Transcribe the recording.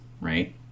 right